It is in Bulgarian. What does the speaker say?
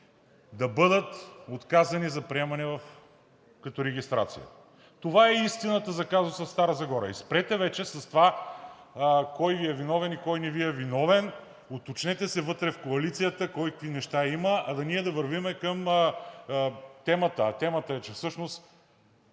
да бъдат отказани за приемане като регистрация. Това е истината за казуса в Стара Загора! Спрете вече с това кой е виновен и кой не Ви е виновен, уточнете се вътре в коалицията кой какви неща има, да вървим към темата, а темата е, че всъщност